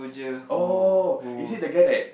oh is it the guy that